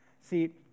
See